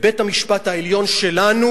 בית-המשפט העליון שלנו,